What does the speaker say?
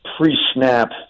pre-snap